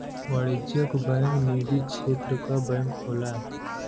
वाणिज्यिक बैंक निजी क्षेत्र क बैंक होला